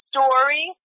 Story